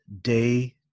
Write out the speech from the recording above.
day